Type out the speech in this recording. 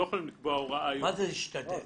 מה זה להשתדל?